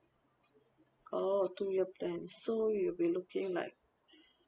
oh two year plan so you'll be looking like